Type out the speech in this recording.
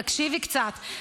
תקשיבי קצת,